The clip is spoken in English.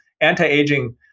anti-aging